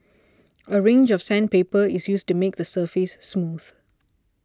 a range of sandpaper is used to make the surface smooth